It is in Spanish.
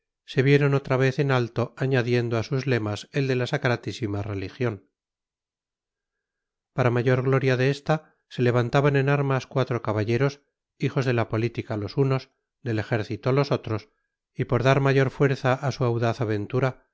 se vieron otra vez en alto añadiendo a sus lemas el de la sacratísima religión para mayor gloria de esta se levantaban en armas cuatro caballeros hijos de la política los unos del ejército los otros y por dar mayor fuerza a su audaz aventura